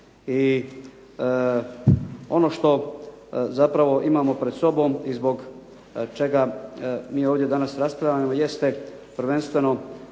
Ono što zapravo imamo pred sobom i zbog čega mi ovdje danas raspravljamo jeste prvenstveno,